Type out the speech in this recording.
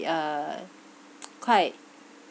uh quite